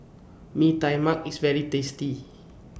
Mee Tai Mak IS very tasty